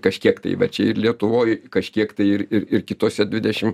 kažkiek tai vat čia ir lietuvoj kažkiek tai ir ir ir kitose dvidešim